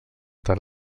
tant